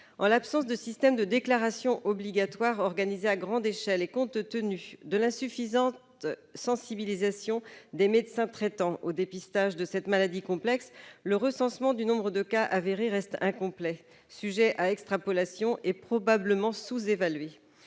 En l'absence de système de déclaration obligatoire organisé à grande échelle et compte tenu de l'insuffisante sensibilisation des médecins traitants au dépistage de cette maladie complexe, le recensement du nombre de cas avérés reste incomplet, sujet à extrapolation et, probablement, sous-évalué.